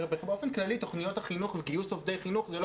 באופן כללי תוכניות החינוך וגיוס עובדי חינוך זה לא